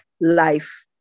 life